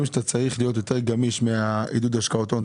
שאתה צריך להיות יותר גמיש מהעידוד השקעות הון,